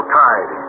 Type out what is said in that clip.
tide